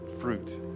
fruit